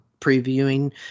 previewing